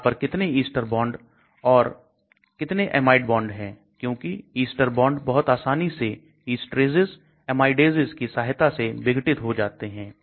यहां पर कितने Ester बॉन्ड और कितने amide बॉन्ड है क्योंकि Ester बॉन्ड बहुत आसानी से esteraces amidases की सहायता से विघटित हो सकते हैं